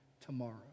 tomorrow